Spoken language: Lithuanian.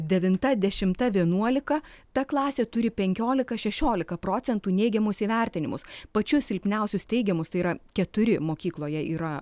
devinta dešimta vienuolika ta klasė turi penkiolika šešiolika procentų neigiamus įvertinimus pačius silpniausius teigiamus tai yra keturi mokykloje yra